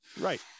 Right